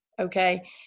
Okay